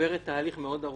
עוברת תהליך מאוד ארוך.